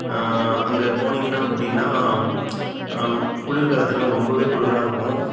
அங்கே போனீங்கன்னால் அப்படின்னா குளிர்காலத்தில் ரொம்பவே குளிராக இருக்கும்